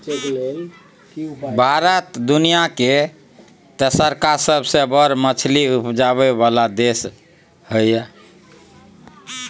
भारत दुनिया के तेसरका सबसे बड़ मछली उपजाबै वाला देश हय